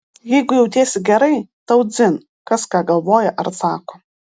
jeigu jautiesi gerai tau dzin kas ką galvoja ar sako